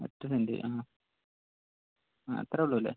ഒറ്റ സെൻറ് ആ അത്രയൊള്ളു അല്ലേ